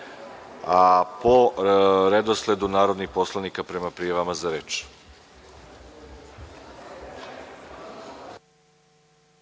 a po redosledu narodnih poslanika prema prijavama za reč.